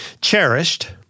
cherished